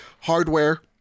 hardware